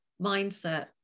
mindset